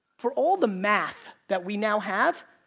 for all the math that we now have,